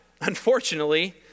unfortunately